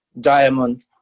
Diamond